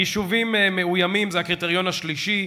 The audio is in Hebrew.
יישובים מאוימים זה הקריטריון השלישי.